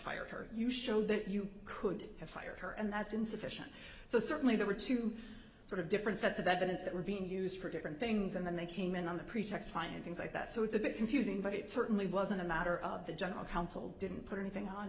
her you showed that you could have fired her and that's insufficient so certainly there were two sort of different sets of evidence that were being used for different things and then they came in on the pretext findings like that so it's a bit confusing but it certainly wasn't a matter of the general counsel didn't put anything on